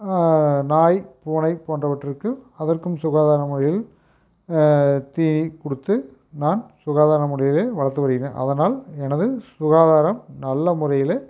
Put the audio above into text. நாய் பூனை போன்றவற்றுக்கு அதற்கும் சுகாதார முறையில் தீனி கொடுத்து நான் சுகாதார முறையில் வளர்த்து வருகிறேன் அதனால் எனது சுகாதாரம் நல்ல முறையில்